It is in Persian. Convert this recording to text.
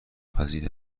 پذیر